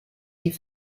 die